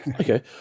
Okay